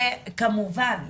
כמובן,